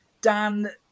Dan